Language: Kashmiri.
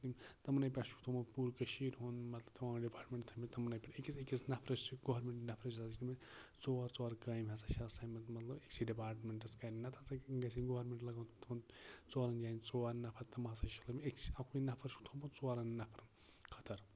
تہٕ تٔمۍ تٔمنٕے پٮ۪ٹھ چھُکھ تھومُت پوٗرٕ کٔشیٖر ہُند تِمو ڈِپارٹمیٚنٹ تھٲیمٕتۍ تِمنٕے پٮ۪ٹھ أکِس أکِس نَفرَس چھِ گورمیٚنٹ نَفرٕچ ضرورت ژور ژور کامہِ ہسا چھِ آسان یِمن مطلب أکسٕے ڈِپارٹمیٚنٹَس کرنہِ نہ تہٕ ہسا گژھِ گورمیٚنٹ لاگُن تِمن ژورن جاین ژور نَفر تِم ہسا چھُ لوٚگمُت أکسٕے اَکُے نَفر چھُکھ تھوٚمُت ژورَن نَفرن خٲطرٕ